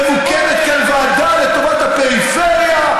ומוקמת כאן ועדה לטובת הפריפריה,